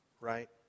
Right